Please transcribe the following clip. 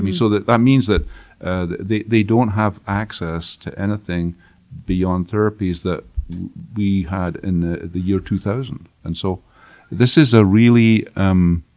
so that that means that and they they don't have access to anything beyond therapies that we had in the year two thousand. and so this is a really. um